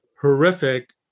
horrific